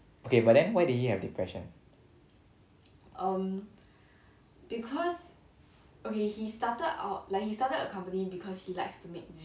okay but then why did he have depression